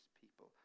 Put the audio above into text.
people